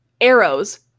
arrows